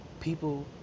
people